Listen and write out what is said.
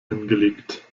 hingelegt